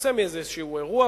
יוצא מאיזה אירוע,